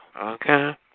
Okay